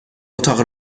اتاق